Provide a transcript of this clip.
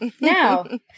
now